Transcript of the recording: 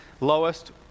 lowest